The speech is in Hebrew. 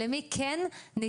יש כאן הגדרה מאוד ברורה,